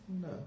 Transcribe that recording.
No